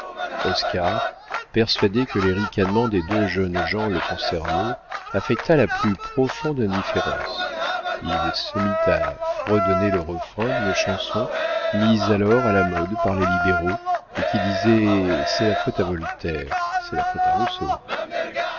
oscar persuadé que les ricanements des deux jeunes gens le concernaient affecta la plus profonde indifférence il se mit à fredonner le refrain d'une chanson mise alors à la mode par les libéraux et qui disait c'est la faute à voltaire c'est la faute à rousseau